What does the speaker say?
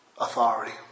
authority